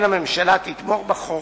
על כן, הממשלה תתמוך בחוק,